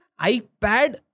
iPad